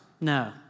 No